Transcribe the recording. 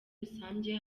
rusange